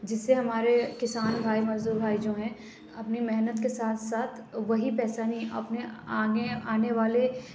جس سے ہمارے کسان بھائی مزدور بھائی جو ہیں اپنی محنت کے ساتھ ساتھ وہی پیسہ میں اپنے آگے آنے والے